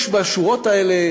יש בשורות האלה